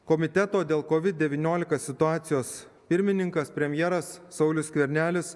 komiteto dėl kovid devyniolika situacijos pirmininkas premjeras saulius skvernelis